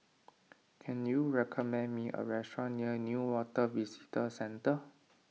can you recommend me a restaurant near Newater Visitor Centre